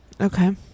Okay